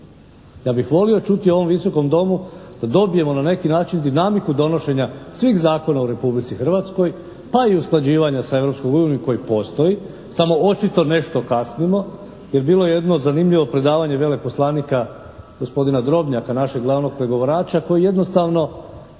Ja bih volio čuti u ovom Visokom domu da dobijemo na neki način dinamiku donošenja svih zakona u Republici Hrvatskoj, pa i usklađivanja sa Europskom unijom i koji postoji, samo očito nešto kasnimo. Jer bilo je jedno zanimljivo predavanje veleposlanika gospodina Drobnjaka, našeg glavnog pregovarača koji jednostavno